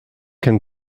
can